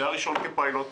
זה הראשון כפיילוט.